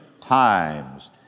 times